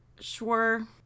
sure